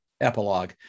epilogue